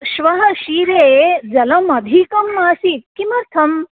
श्वः क्षीरे जलम् अधिकम् आसीत् किमर्थं